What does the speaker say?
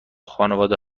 خانواده